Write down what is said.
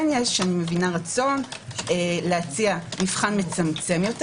כן יש רצון להציע מבחן מצמצם יותר.